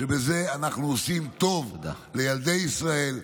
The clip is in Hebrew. שבזה אנחנו עושים טוב לילדי ישראל,